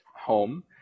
home